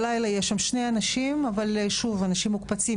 בלילה יש שם שני אנשים, אבל שוב, אנשים מוקפצים.